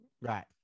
Right